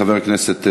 מה מילת קסם?